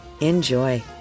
Enjoy